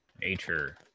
nature